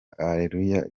areruya